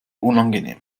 unangenehm